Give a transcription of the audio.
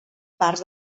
parts